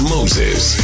Moses